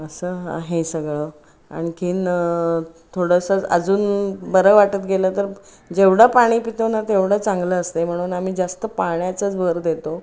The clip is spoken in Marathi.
असं आहे सगळं आणखी थोडंसं अजून बरं वाटत गेलं तर जेवढं पाणी पितो ना तेवढं चांगलं असते म्हणून आम्ही जास्त पाण्याचाच भर देतो